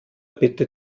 bitte